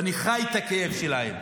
ואני חי את הכאב שלהם,